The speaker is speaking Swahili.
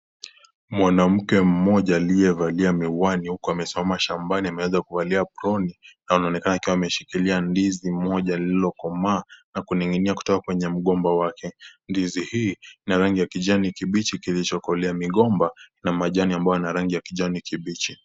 Mwanamke mmoja aliyevalia miwani huko amesoma shambani. Ameweza kuvalia aproni na anaonekana akiwa ameshikilia ndizi mmoja lililokomaa na kuning'inia kutoka kwenye mgomba wake. Ndizi hii ina rangi ya kijani kibichi kilichokolea. Migomba na majani ambayo yana rangi ya kijani kibichi.